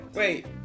Wait